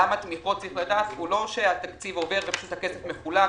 עולם התמיכות הוא לא שהתקציב עובר והכסף מחולק.